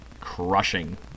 crushing